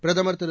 பிரதமர் திரு